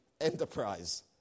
enterprise